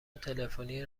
تلفنی